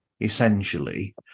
essentially